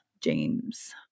James